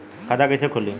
खाता कइसे खुली?